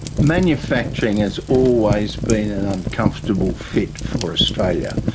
manufacturing has always been an uncomfortable fit for australia.